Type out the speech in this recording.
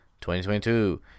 2022